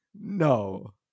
No